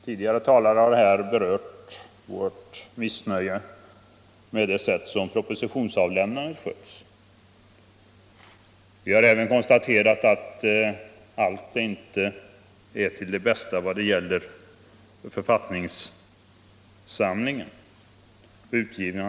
Tidigare talare har här berört vårt missnöje med det sätt på vilket propositionsavlämnandet sköts. Vi har även konstaterat att allt inte är till det bästa vad gäller utgivandet av författningssamlingen.